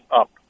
up